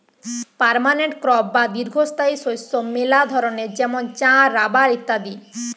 permanent crop বা দীর্ঘস্থায়ী শস্য মেলা ধরণের যেমন চা, রাবার ইত্যাদি